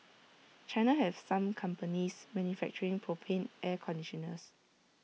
China has some companies manufacturing propane air conditioners